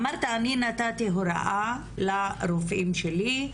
אמרת אני נתתי הוראה לרופאים שלי.